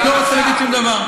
לא רוצה להגיד שום דבר.